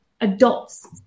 adults